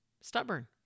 stubborn